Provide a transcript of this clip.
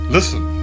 Listen